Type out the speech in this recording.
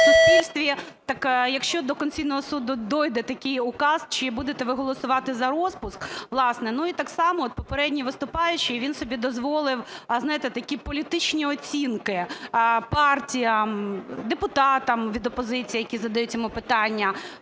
в суспільстві. Так якщо до Конституційного Суду дійде такий указ, чи будете ви голосувати за розпуск, власне? І так само от попередній виступаючий, він собі дозволив, знаєте, такі політичні оцінки партіям, депутатам від опозиції, які задають йому питання,